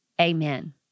Amen